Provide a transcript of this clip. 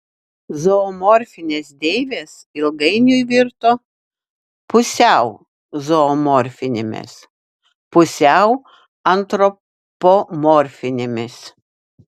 zoomorfinės deivės ilgainiui virto pusiau zoomorfinėmis pusiau antropomorfinėmis